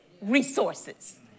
resources